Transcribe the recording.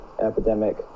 Epidemic